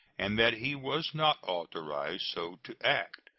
and that he was not authorized so to act,